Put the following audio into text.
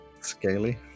Scaly